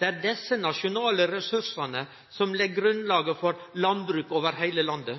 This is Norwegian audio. Det er desse nasjonale ressursane som legg grunnlaget for landbruk over heile landet.